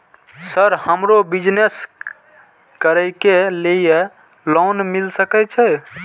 Sir हमरो business करके ली ये लोन मिल सके छे?